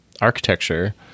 architecture